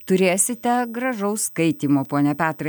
turėsite gražaus skaitymo pone petrai